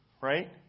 right